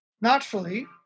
Naturally